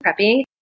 prepping